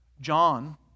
John